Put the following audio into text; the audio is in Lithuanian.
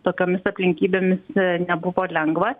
tokiomis aplinkybėmis nebuvo lengva